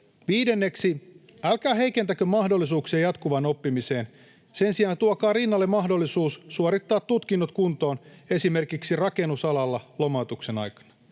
Viidenneksi, älkää heikentäkö mahdollisuuksia jatkuvaan oppimiseen. Sen sijaan tuokaa rinnalle mahdollisuus suorittaa tutkinnot kuntoon esimerkiksi rakennusalalla lomautuksen aikana.